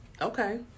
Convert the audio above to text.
Okay